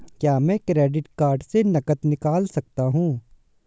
क्या मैं credit card से नकद निकाल सकता हूँ?